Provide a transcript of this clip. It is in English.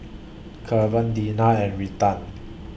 Kevan Dina and Retha